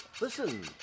Listen